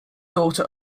daughter